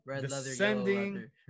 descending